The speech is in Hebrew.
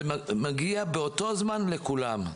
זה מגיע באותו זמן לכולם.